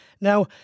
Now